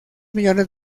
millones